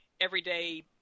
everyday